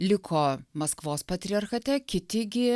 liko maskvos patriarchate kiti gi